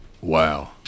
Wow